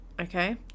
Okay